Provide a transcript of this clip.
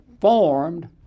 formed